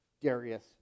Darius